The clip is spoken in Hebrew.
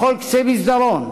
בכל קצה מסדרון,